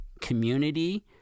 community